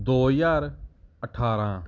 ਦੋ ਹਜ਼ਾਰ ਅਠਾਰਾਂ